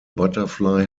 butterfly